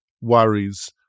worries